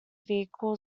vehicle